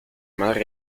madre